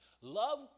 Love